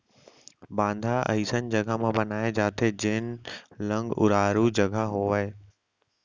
बांधा अइसन जघा म बनाए जाथे जेन लंग उरारू जघा होवय